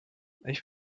ich